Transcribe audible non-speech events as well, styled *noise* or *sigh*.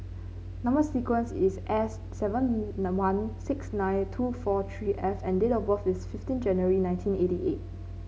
number sequence is S seven *unintelligible* one six nine two four three F and date of birth is fifteen January nineteen eighty eight